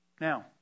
Now